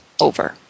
over